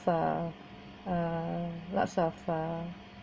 uh uh lots of uh